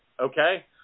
Okay